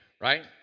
right